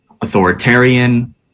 authoritarian